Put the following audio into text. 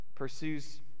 pursues